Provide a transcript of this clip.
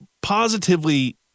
positively